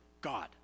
God